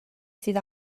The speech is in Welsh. sydd